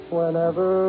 Whenever